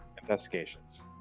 Investigations